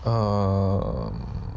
err